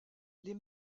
les